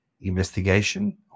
investigation